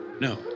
No